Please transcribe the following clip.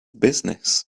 business